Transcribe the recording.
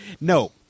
No